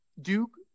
Duke